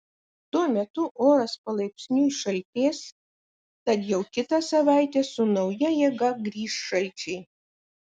tuo metu oras palaipsniui šaltės tad jau kitą savaitę su nauja jėga grįš šalčiai